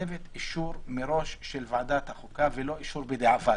מחייבת אישור מראש של ועדת החוקה ולא אישור בדיעבד,